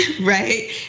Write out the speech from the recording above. right